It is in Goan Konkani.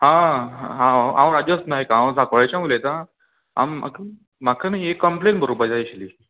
हां हां हांव राजस नायक हांव सांकवाळेच्यान उलयतां आम मा म्हाका न्ही एक कंप्लेन बरोवपा जाय आशिल्ली